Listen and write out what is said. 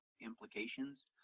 implications